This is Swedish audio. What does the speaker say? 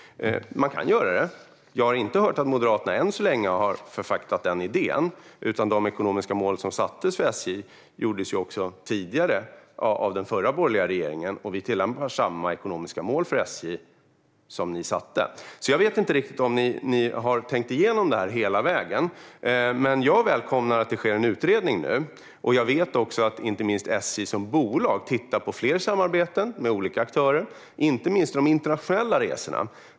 Man kan göra det, men jag har inte hört att Moderaterna än så länge har förfäktat den idén. De ekonomiska målen för SJ sattes ju upp tidigare av den förra borgerliga regeringen, och vi tillämpar samma ekonomiska mål för SJ. Jag vet inte riktigt om ni har tänkt igenom det här hela vägen. Men jag välkomnar att det sker en utredning nu. Jag vet också att SJ som bolag tittar på fler samarbeten med olika aktörer, inte minst för de internationella resorna.